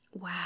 Wow